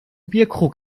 bierkrug